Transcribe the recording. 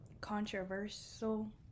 controversial